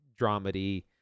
dramedy